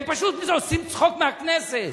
הם פשוט עושים צחוק מהכנסת.